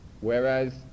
whereas